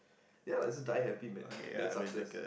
ya it's die happy man that success